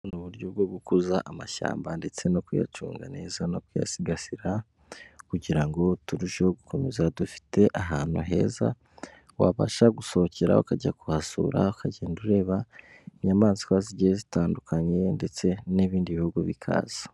Uburyo bwo gukuza amashyamba ndetse no kuyacunga neza no kuyasigasira kugira ngo turusheho gukomeza dufite ahantu heza wabasha gusohokera ukajya kuhasura ukagenda ureba inyamaswa zigiye zitandukanye ndetse n'ibindi bihugu bikaza.